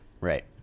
right